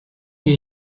gehe